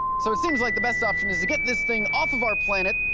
so it seems like the best option is to get this thing off of our planet,